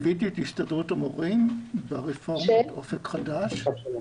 משנת 2008 אני מלווה את הסתדרות המורים יחד עם שלום